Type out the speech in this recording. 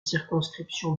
circonscription